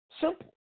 simple